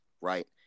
right